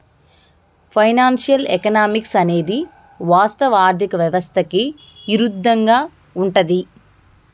financial economics అనేది వాస్తవ ఆర్థిక వ్యవస్థకి ఇరుద్దంగా ఉంటది